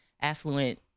affluent